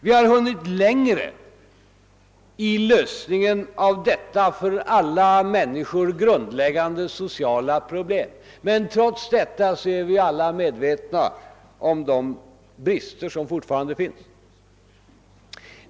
Vi har hunnit längre i lösningen av detta för alla människor grundläggande sociala problem, men trots detta är vi alla medvetna om de brister som fortfarande finns.